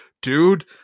dude